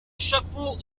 chapeaux